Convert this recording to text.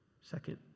second